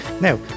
Now